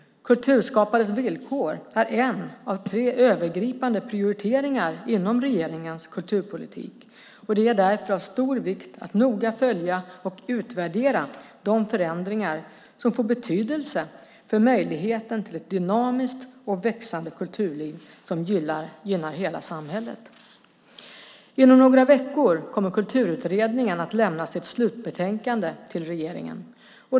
Kulturskapares villkor är en av tre övergripande prioriteringar inom regeringens kulturpolitik. Det är därför av stor vikt att noga följa och utvärdera de förändringar som får betydelse för möjligheten till ett dynamiskt och växande kulturliv som gynnar hela samhället. Inom några veckor kommer Kulturutredningen att lämna sitt slutbetänkande till regeringen.